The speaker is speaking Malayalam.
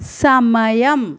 സമയം